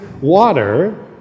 water